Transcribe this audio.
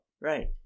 Right